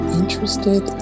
interested